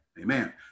Amen